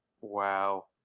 Wow